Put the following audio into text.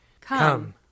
Come